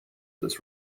this